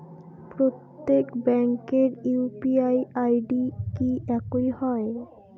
প্রত্যেক ব্যাংকের UPI ID কি একই হয়?